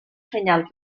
senyal